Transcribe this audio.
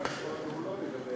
הסכום הראשון הוא לא לגבי